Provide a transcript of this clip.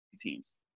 teams